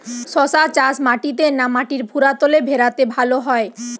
শশা চাষ মাটিতে না মাটির ভুরাতুলে ভেরাতে ভালো হয়?